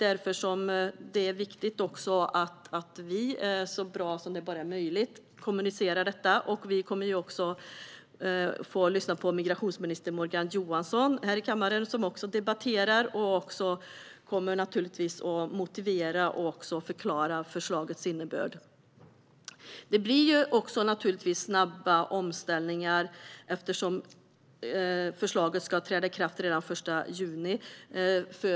Därför är det viktigt att vi kommunicerar det så bra som möjligt. I dagens debatt kommer vi också att få lyssna på migrationsminister Morgan Johansson som givetvis kommer att förklara förslagets innebörd och motivera det. Det blir förstås en snabb omställning för Migrationsverket eftersom förslaget ska träda i kraft redan den 1 juni.